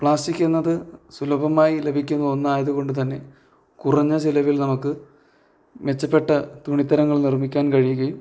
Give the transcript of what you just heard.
plastic എന്നത് സുലഭമായി ലഭിക്കുന്ന ഒന്നായതുകൊണ്ട്തന്നെ കുറഞ്ഞ ചിലവിൽ നമുക്ക് മെച്ചപ്പെട്ട തുണിത്തരങ്ങൾ നിർമ്മിക്കാൻ കഴിയുകയും